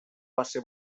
base